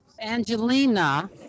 Angelina